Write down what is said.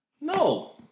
No